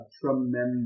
Tremendous